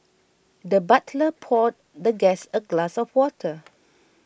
the butler poured the guest a glass of water